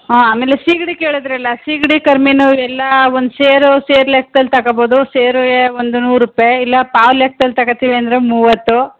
ಹಾಂ ಆಮೇಲೆ ಸೀಗಡಿ ಕೇಳಿದ್ದಿರಲ್ಲ ಸೀಗಡಿ ಕರಿಮೀನು ಎಲ್ಲ ಒಂದು ಸೇರೂ ಸೇರು ಲೆಕ್ದಲ್ಲಿ ತಗೊಬೋದು ಸೇರು ಯೆ ಒಂದು ನೂರು ರೂಪಾಯಿ ಇಲ್ಲ ಪಾವು ಲೆಕ್ದಲ್ಲಿ ತಗಳ್ತೀವಿ ಅಂದರೆ ಮೂವತ್ತು